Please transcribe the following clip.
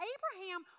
Abraham